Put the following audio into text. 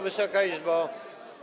Wysoka Izbo!